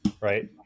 Right